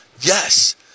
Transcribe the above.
yes